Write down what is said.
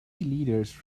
leaders